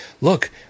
look